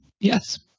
Yes